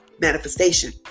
manifestation